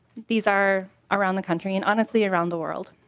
these are around the country and honestly around the world.